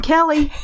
Kelly